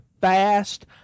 fast